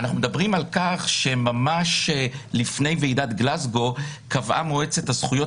אנחנו מדברים על כך שממש לפני ועידת גלזגו קבעה מועצת הזכויות